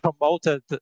promoted